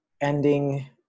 ending